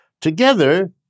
Together